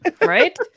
Right